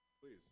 Please